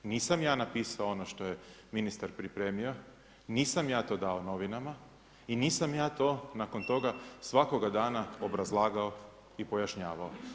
Nisam ja napisao ono što je ministar pripremio, nisam ja to dao novinama i nisam ja to nakon toga svakoga dana obrazlagao i pojašnjavao.